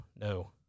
no